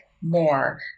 more